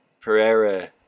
Pereira